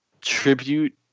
tribute